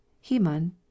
Heman